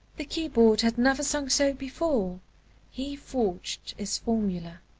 the keyboard had never sung so before he forged its formula.